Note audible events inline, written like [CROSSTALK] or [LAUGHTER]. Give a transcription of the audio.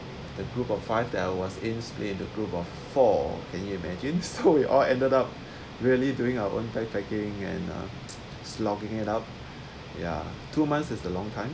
the group of five that I was in split in the group of four can you imagine so we all ended up really doing our own bag packing and [NOISE] uh slogging it out ya two months is a long time